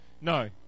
No